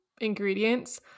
ingredients